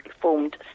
formed